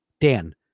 Dan